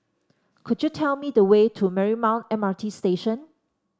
could you tell me the way to Marymount M R T Station